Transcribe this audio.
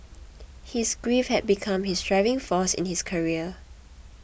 his grief had become his driving force in his career